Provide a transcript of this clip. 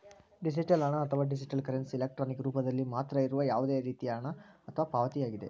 digital ಹಣ, ಅಥವಾ digital currency, electronic ರೂಪದಲ್ಲಿ ಮಾತ್ರ ಇರುವ ಯಾವುದೇ ರೇತಿಯ ಹಣ ಅಥವಾ ಪಾವತಿಯಾಗಿದೆ